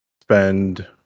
spend